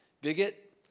bigot